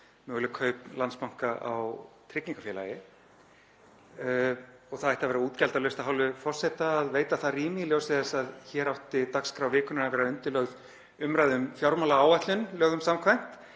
möguleg kaup Landsbanka á tryggingafélagi. Það ætti að vera útgjaldalaust af hálfu forseta að veita það rými í ljósi þess að hér átti dagskrá vikunnar að vera undirlögð umræðu um fjármálaáætlun lögum samkvæmt,